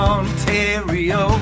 Ontario